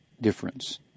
difference